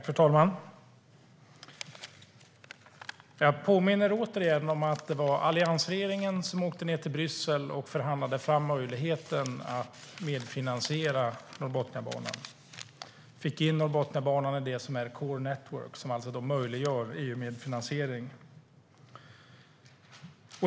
Fru talman! Jag påminner återigen om att det var alliansregeringen som åkte ned till Bryssel och förhandlade fram möjligheten att medfinansiera Norrbotniabanan. Den fick in Norrbotniabanan i det som är core network som möjliggör EU-medfinansiering.